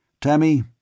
Tammy